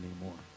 anymore